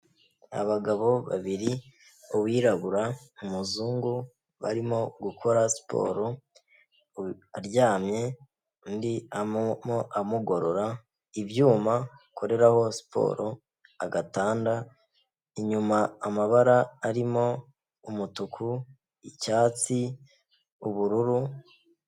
Abagabo babiri, uwirabura, umuzungu, barimo gukora siporo aryamye, undi amugorora, ibyuma akoreraho siporo, agatanda, inyuma amabara arimo umutuku, icyatsi, ubururu.